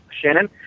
Shannon